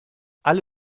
alle